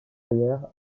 ailleurs